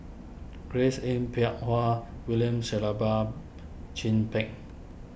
Grace Yin Peck Ha William Shellabear Chin Peng